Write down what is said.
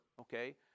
okay